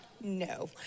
no